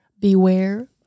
beware